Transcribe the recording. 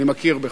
אני מכיר בכך.